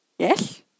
Yes